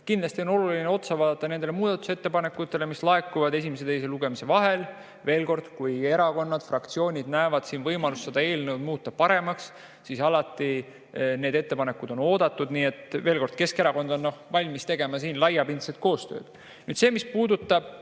Kindlasti on oluline otsa vaadata nendele muudatusettepanekutele, mis laekuvad esimese ja teise lugemise vahel. Veel kord: kui erakonnad, fraktsioonid näevad siin võimalust muuta seda eelnõu paremaks, siis alati need ettepanekud on oodatud. Keskerakond on valmis tegema siin laiapindselt koostööd. Mis puudutab